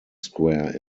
square